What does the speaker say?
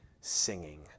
singing